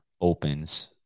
opens